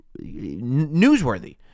newsworthy